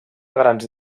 grans